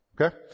okay